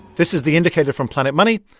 this is the indicator from planet money.